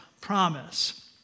promise